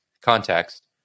context